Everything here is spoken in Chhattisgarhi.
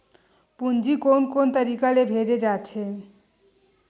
पूंजी कोन कोन तरीका ले भेजे जाथे?